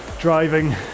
driving